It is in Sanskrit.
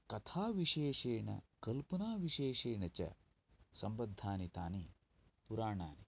कथाविशेषेण कल्पनाविशेषेण च सम्बद्धानि तानि पुराणानि